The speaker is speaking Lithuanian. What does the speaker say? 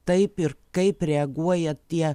taip ir kaip reaguoja tie